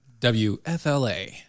WFLA